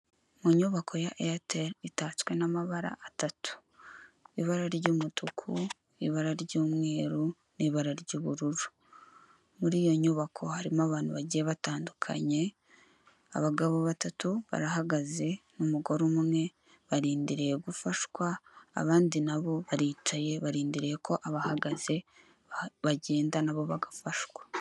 Mu nyubako ya eyateri itatswe n'amabara atatu; ibara ry'umutuku, ibara ry'umweru n'ibara ry'ubururu. Muri iyo nyubako harimo abantu bagiye batandukanye, abagabo batatu barahagaze n'umugore umwe barindiriye gufashwa. Abandi nabo baricaye barindiriye ko abahagaze bagenda nabo bagafashwa.